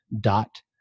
dot